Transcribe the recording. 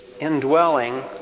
indwelling